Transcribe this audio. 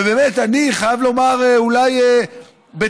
ובאמת, אני חייב לומר, אולי בתמימותי,